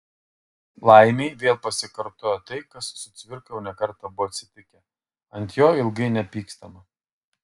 laimei vėl pasikartojo tai kas su cvirka jau ne kartą buvo atsitikę ant jo ilgai nepykstama